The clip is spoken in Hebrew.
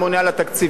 הממונה על התקציבים,